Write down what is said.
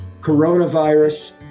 coronavirus